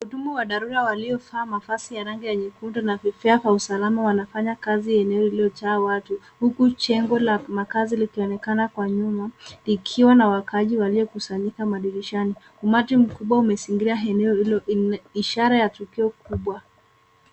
Wahudumu wa dharura waliovaa mavazi ya rangi nyekundu na vifaa za usalama wanafanya kazi eneo lililojaa watu, uku jengo la makaazi likionekana kwa nyuma likiwa na wakaaji waliokusanyika madirishani. Umati mkubwa umesimama zingira eneo hilo ni ishara ya tukio kubwa.